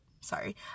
sorry